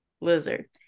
lizard